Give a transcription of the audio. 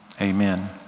amen